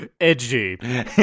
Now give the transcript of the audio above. Edgy